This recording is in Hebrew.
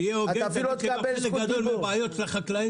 תהיה הוגן ותגיד שחלק גדול מן הבעיות של החקלאים